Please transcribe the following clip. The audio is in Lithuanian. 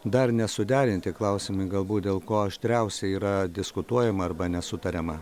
dar nesuderinti klausimai galbūt dėl ko aštriausiai yra diskutuojama arba nesutariama